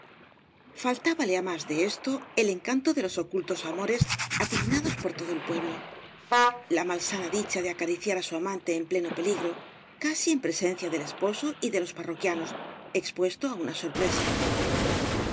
felicidad faltábale á más de esto el encanto de los ocultos amores adivinados por todo el pueblo la malsana dicha de acariciar á su amante en pleno peligro casi en presencia del esposo y de los parroquianos expuesto á una sorpresa